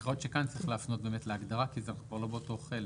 אני חושב שיכול להיות שכאן צריך להפנות להגדרה כי זה כבר לא באותו חלק.